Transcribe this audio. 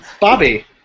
Bobby